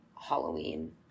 Halloween